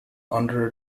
under